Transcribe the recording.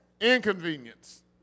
Inconvenience